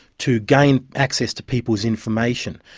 to gain access to people's information,